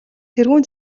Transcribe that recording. тэргүүн